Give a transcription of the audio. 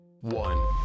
one